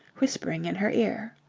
whispering in her ear.